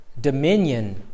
dominion